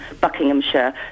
Buckinghamshire